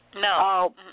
No